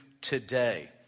today